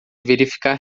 verificar